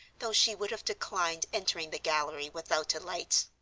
though she would have declined entering the gallery without a light.